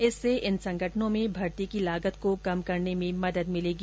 इससे इन संगठनों में भर्ती की लागत को कम करने में मदद मिलेगी